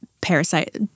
Parasite